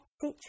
sit